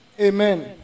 Amen